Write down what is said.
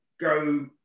go